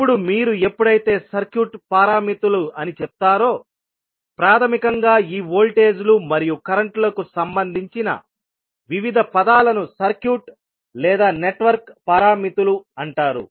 ఇప్పుడు మీరు ఎప్పుడైతే సర్క్యూట్ పారామితులు అని చెప్తారో ప్రాథమికంగా ఈ వోల్టేజ్ లు మరియు కరెంట్ లకు సంబంధించిన వివిధ పదాలను సర్క్యూట్ లేదా నెట్వర్క్ పారామితులు అంటారు